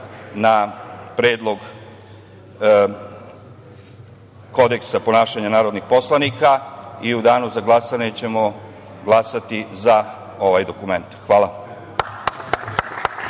na Predlog kodeksa ponašanja narodnih poslanika i u danu za glasanje ćemo glasati za ovaj dokument. Hvala.